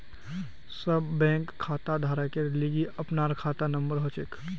सब बैंक खाताधारकेर लिगी अपनार खाता नंबर हछेक